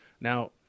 Now